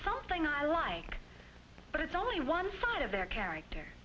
something i like but it's only one part of their character